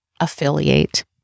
Affiliate